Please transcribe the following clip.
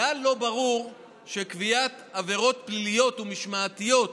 כלל לא ברור שקביעת עבירות פליליות ומשמעתיות,